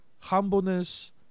humbleness